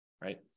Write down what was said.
right